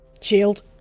Shield